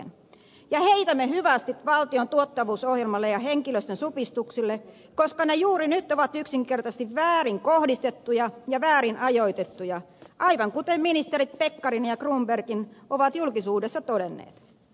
ja heitämme hyvästit valtion tuottavuusohjelmalle ja henkilöstön supistuksille koska ne juuri nyt ovat yksinkertaisesti väärin kohdistettuja ja väärin ajoitettuja aivan kuten ministerit pekkarinen ja cronbergkin ovat julkisuudessa todenneet